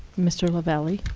mr. lavalley.